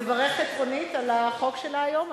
נברך את רונית על החוק שלה היום,